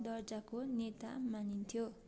दर्जाको नेता मानिन्थ्यो